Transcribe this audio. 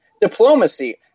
diplomacy